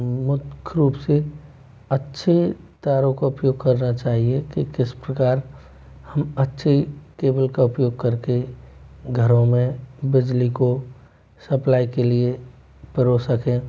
मुख्य रूप से अच्छे तारों का उपयोग करना चाहिए कि किस प्रकार हम अच्छी केबल का उपयोग करके घरों मे बिजली को सप्लाई के लिए परो सके